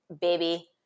baby